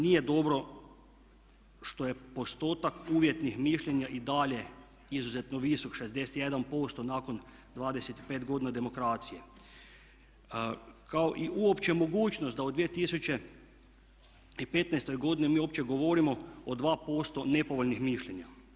Nije dobro što je postotak uvjetnih mišljenja i dalje izuzetno visok 61% nakon 25 godina demokracije kao i uopće mogućnost da u 2015. godini mi uopće govorimo o 2% nepovoljnih mišljenja.